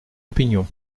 opinion